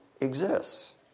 exists